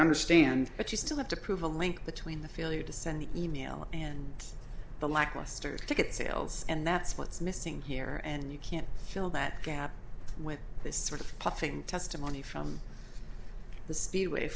understand that you still have to prove a link between the failure to send an e mail and the lackluster ticket sales and that's what's missing here and you can't fill that gap with this sort of puffing testimony from the speedway